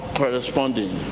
corresponding